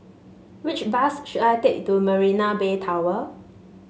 which bus should I take to Marina Bay Tower